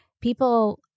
People